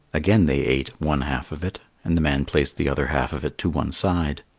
again they ate one half of it, and the man placed the other half of it to one side.